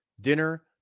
dinner